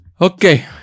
Okay